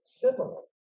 similar